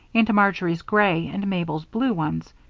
into marjory's gray and mabel's blue ones.